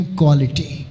quality